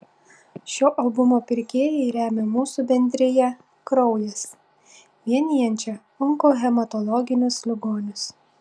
šio albumo pirkėjai remia mūsų bendriją kraujas vienijančią onkohematologinius ligonius